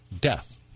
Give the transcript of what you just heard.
death